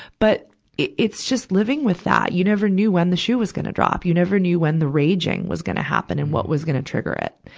but it, it's just living with that. you never knew when the shoe was gonna drop. you never knew when the raging was gonna happen and what was gonna trigger it.